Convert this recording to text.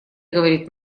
говорит